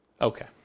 Okay